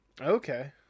Okay